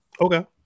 Okay